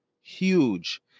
huge